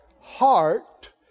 heart